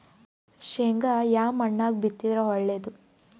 ಶೇಂಗಾ ಯಾ ಮಣ್ಣಾಗ ಬಿತ್ತಿದರ ಒಳ್ಳೇದು?